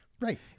Right